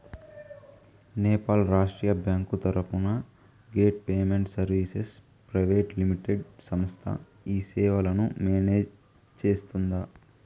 నేపాల్ రాష్ట్రీయ బ్యాంకు తరపున gate payment services private limited సంస్థ ఈ సేవలను మేనేజ్ సేస్తుందా?